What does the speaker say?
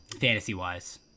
Fantasy-wise